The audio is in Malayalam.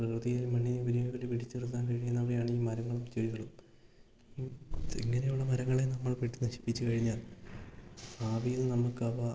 പ്രകൃതിയേയും മണ്ണിനേയും ഇവയൊക്കെ പിടിച്ചു നിർത്താൻ കഴിയുന്നവയാണ് ഈ മരങ്ങളും ചെടികളും ഇങ്ങനെയുള്ള മരങ്ങളെ നമ്മൾ വെട്ടി നശിപ്പിച്ചു കഴിഞ്ഞാൽ ഭാവിയിൽ നമുക്കവ